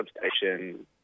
Substation